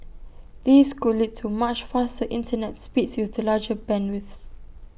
this could lead to much faster Internet speeds with larger bandwidths